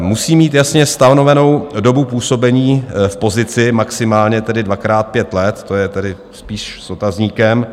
Musí mít jasně stanovenou dobu působení v pozici, maximálně tedy dvakrát pět let, to je tedy spíš s otazníkem.